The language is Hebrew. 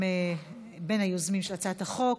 בין היוזמים של הצעת החוק.